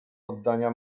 oddania